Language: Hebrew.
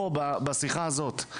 פה בשיחה הזאת,